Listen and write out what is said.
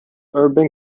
urban